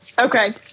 Okay